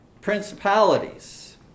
Principalities